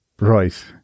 Right